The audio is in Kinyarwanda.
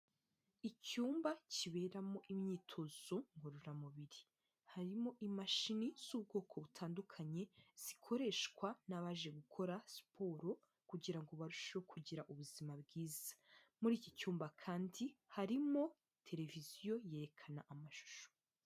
Icyumba kiberamo imyitozo ngororamubiri, harimo imashini z'ubwoko butandukanye zikoreshwa n'abaje gukora siporo kugirango ngo barusheho kugira ubuzima bwiza, muri iki cyumba kandi harimo televiziyo yerekana amashusho.